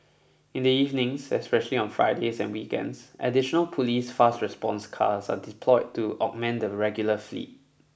in the evenings especially on Fridays and weekends additional police fast response cars are deployed to augment the regular fleet